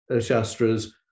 Shastras